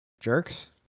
Jerks